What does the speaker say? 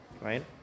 right